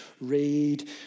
read